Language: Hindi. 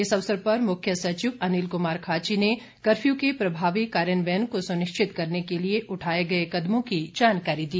इस अवसर पर मुख्य सचिव अनिल कुमार खाची ने कर्फ्यू के प्रभावी कार्यान्वयन को सुनिश्चित करने के लिए उठाए गए कदमों की जानकारी दी